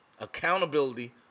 Accountability